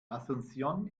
asunción